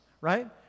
right